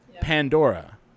Pandora